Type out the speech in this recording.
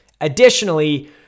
Additionally